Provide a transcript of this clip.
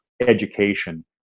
education